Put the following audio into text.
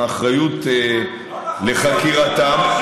האחריות לחקירתם,